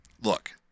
look